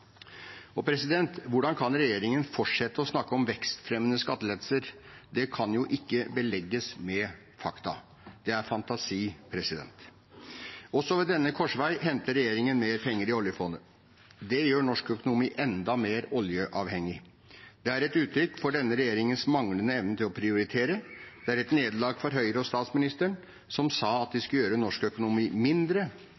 Og hvordan kan regjeringen fortsette å snakke om «vekstfremmende skattelettelser»? Det kan jo ikke belegges med fakta – det er fantasi. Også ved denne korsvei henter regjeringen mer penger i oljefondet. Det gjør norsk økonomi enda mer oljeavhengig. Det er et uttrykk for denne regjeringens manglende evne til å prioritere. Det er et nederlag for Høyre og statsministeren, som sa at de